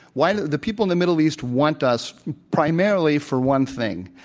why the people in the middle east want us primarily for one thing,